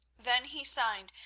then he signed,